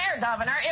Governor